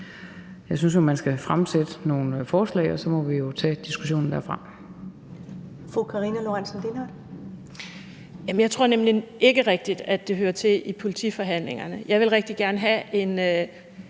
jeg synes jo, at man skal fremsætte nogle forslag, og så må vi tage diskussionen derfra.